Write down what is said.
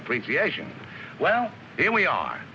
appreciation well then we are